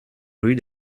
rue